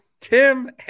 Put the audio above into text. Tim